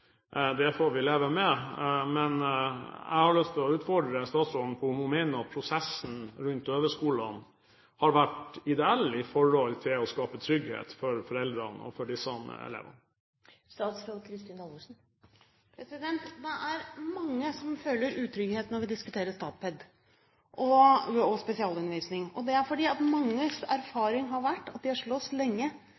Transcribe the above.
det får vi leve med – har jeg lyst til å utfordre statsråden på om hun mener at prosessen rundt døveskolene har vært ideell når det gjelder å skape trygghet for foreldrene og for de samme elevene. Det er mange som føler utrygghet når vi diskuterer Statped og spesialundervisning. Det er fordi manges erfaring har vært at